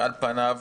על פניו,